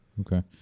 Okay